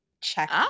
check